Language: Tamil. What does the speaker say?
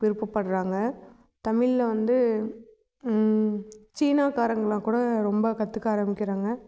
விருப்பப்படுகிறாங்க தமிழ்ல வந்து சீனாக்காரங்கள்லாம் கூட ரொம்ப கற்றுக்க ஆரம்பிக்கிறாங்க